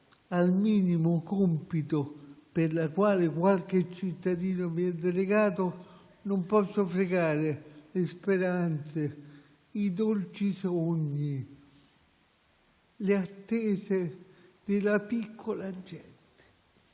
al minimo compito per cui qualche cittadino mi ha delegato, non posso "fregare" le speranze, i dolci sogni, le attese della piccola gente,